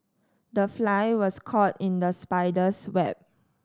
the fly was caught in the spider's web